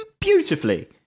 beautifully